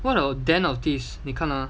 what about den of thieves 你看了吗